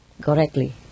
correctly